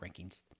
rankings